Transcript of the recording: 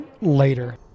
Later